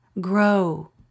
Grow